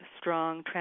strong